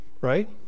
right